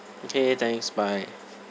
okay thanks bye